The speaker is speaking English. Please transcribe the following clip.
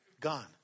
gone